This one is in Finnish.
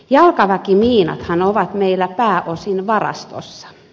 jalkaväkimiinathan ovat meillä pääosin varastossa